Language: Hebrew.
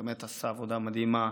באמת עשה עבודה מדהימה.